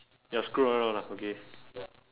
ya screw around lah okay